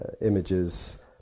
images